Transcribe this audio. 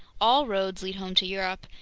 all roads lead home to europe,